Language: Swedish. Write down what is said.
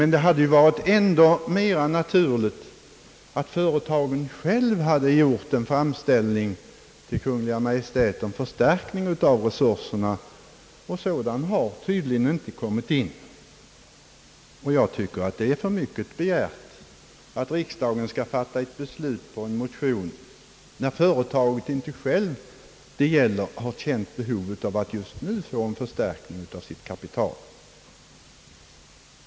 Men det hade varit ännu mera naturligt, om dessa företag själva till Kungl. Maj:t hade framfört önskemål om förstärkning av resurserna. Någon sådan framställning har tydligen inte kommit in, och jag tycker det är för mycket begärt att riksdagen skall fatta ett beslut på en motion, när de företag det gäller inte själva känt behov av att just nu få en förstärkning av sitt kapital.